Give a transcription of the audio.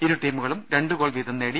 ഇരു ടീമുകളും രണ്ടു ഗോൾ വീതം നേടി